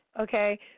Okay